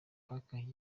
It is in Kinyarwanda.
parker